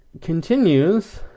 continues